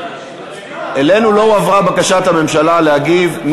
אלינו לא הועברה בקשת הממשלה להגיב.